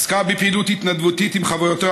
היא עסקה בפעילות התנדבותית עם חברותיה